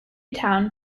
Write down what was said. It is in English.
town